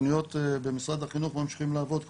התוכניות במשרד החינוך ממשיכים לעבוד כבר.